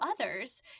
others